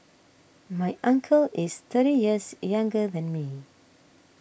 my uncle is thirty years younger than me